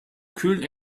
kühlen